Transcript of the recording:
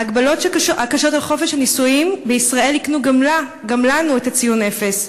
ההגבלות הקשות על חופש הנישואים בישראל הקנו גם לנו את הציון אפס,